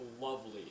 lovely